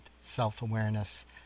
self-awareness